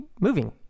moving